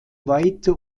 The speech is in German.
weite